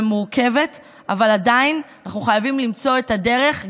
אבל עדיין אנחנו חייבים למצוא את הדרך,